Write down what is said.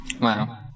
Wow